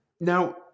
Now